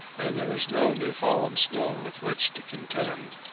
and there was no new-fallen snow with which to contend.